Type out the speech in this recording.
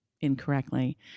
incorrectly